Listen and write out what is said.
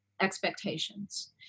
expectations